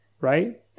Right